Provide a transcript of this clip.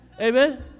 Amen